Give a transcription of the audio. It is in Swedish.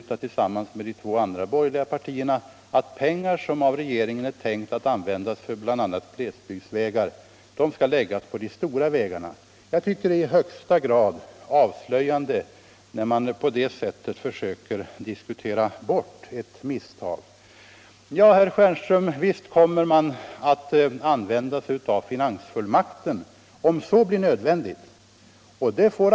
Tillsammans med de två andra borgerliga partierna har centern i riksdagen beslutat att pengar som regeringen föreslagit skulle användas för bl.a. glesbygdsvägar i stället skall läggas på de stora vägarna. Jag tycker det är i högsta grad avslöjande när man på detta sätt försöker diskutera bort ett misstag. Visst kommer finansfullmakten att användas, om så blir nödvändigt.